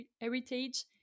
heritage